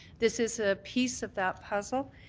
this is a piece of that puzzle,